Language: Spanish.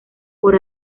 por